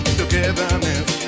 togetherness